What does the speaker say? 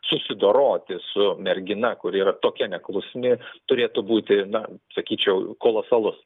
susidoroti su mergina kuri yra tokia neklusni turėtų būti na sakyčiau kolosalus